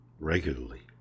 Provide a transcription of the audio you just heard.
regularly